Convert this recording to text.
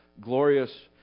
glorious